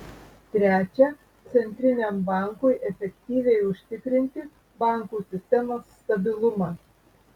trečia centriniam bankui efektyviai užtikrinti bankų sistemos stabilumą